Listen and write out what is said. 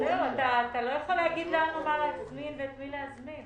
לא יכול להגיד לנו את מי להזמין.